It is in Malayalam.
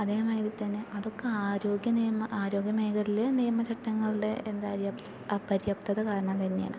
അതേമാതിരിത്തന്നെ അതൊക്കെ ആരോഗ്യ ആരോഗ്യ മേഖയില് നിയമ ചട്ടങ്ങളുടെ അപര്യാപ്തത കാരണം തന്നെയാണ്